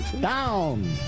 Down